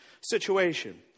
situation